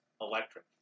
electric